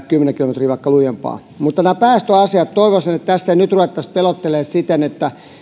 kymmenen kilometriä tunnissa lujempaa mutta päästöasioista toivoisin että tässä ei nyt ruvettaisi pelottelemaan siten että